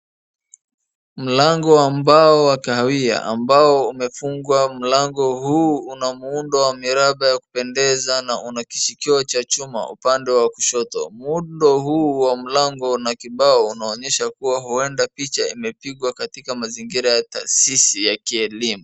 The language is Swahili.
Mlango ambao wa kahawia ambao umefungwa. Mlango huu una muundo wa miraba ya kupendeza na una kishikio cha chuma upande wa kushoto. Muundo huu wa mlango na kibao unaonyesha kuwa huenda picha imepigwa katika mazingira ya taasisi ya kielimu.